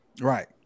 Right